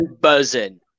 buzzing